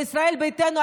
בישראל ביתנו,